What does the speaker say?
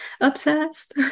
obsessed